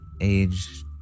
age